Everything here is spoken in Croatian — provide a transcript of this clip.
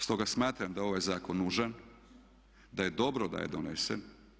Stoga smatram da je ovaj zakon nužan, da je dobro da je donesen.